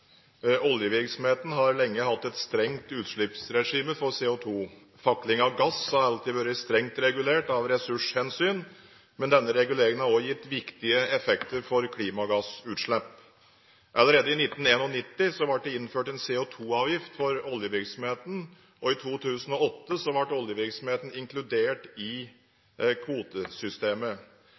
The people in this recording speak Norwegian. Oljevirksomheten har lenge hatt et strengt utslippsregime for CO2. Fakling av gass har alltid vært strengt regulert av ressurshensyn, men denne reguleringen har også gitt viktige effekter for klimagassutslipp. Allerede i 1991 ble det innført en CO2-avgift for oljevirksomheten, og i 2008 ble oljevirksomheten inkludert i kvotesystemet.